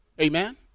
Amen